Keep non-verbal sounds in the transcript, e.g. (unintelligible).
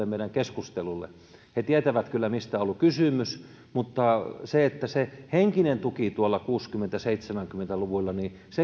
(unintelligible) meidän keskustelullemme he tietävät kyllä mistä on ollut kysymys mutta se että se henkinen tuki tuolla kuusikymmentä viiva seitsemänkymmentä luvuilla